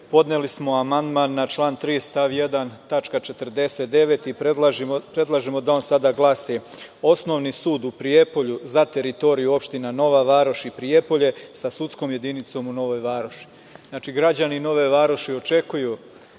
podneli smo amandman na član 3. stav 1. tačka 49 i predlažemo da on sada glasi – Osnovni sud u Prijepolju za teritoriju opština Nova Varoš i Prijepolje, sa sudskom jedinicom u Novoj Varoši. Znači, građani Nove Varoši očekuje